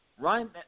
Ryan